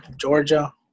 georgia